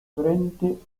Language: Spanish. frente